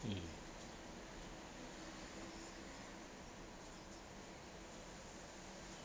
mm